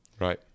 Right